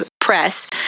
press